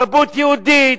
תרבות יהודית,